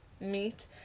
meet